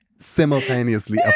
Simultaneously